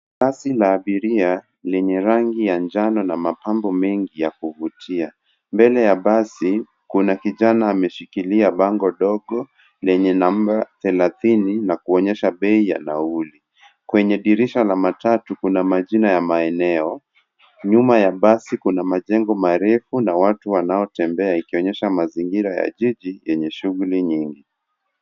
Basi la abiria lenye rangi ya njano na mapambo mengi ya kuvutia. Mbele ya basi kuna kijana ameshikilia bango dogo lenye namba thelathini na kuonyesha bei ya nauli. Kwenye dirisha la matatu kuna majina ya maeneo. Nyuma ya basi, kuna majengo marefu na watu wanaotembea, ikionyesha mazingira ya jiji lenye shughuli nyingi.